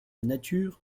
nature